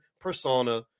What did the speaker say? persona